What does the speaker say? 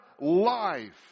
life